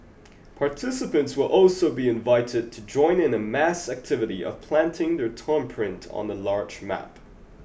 participants will also be invited to join in a mass activity of planting their thumbprint on a large map